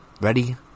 Ready